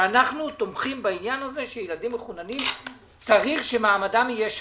שאנחנו תומכים בעניין הזה שילדים מחוננים צריך שמעמדם יהיה שווה,